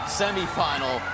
semifinal